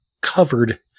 covered